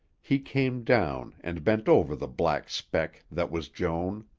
he came down and bent over the black speck that was joan.